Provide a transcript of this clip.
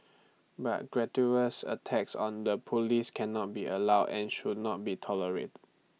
but gratuitous attacks on the Police cannot be allowed and should not be tolerated